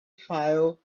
file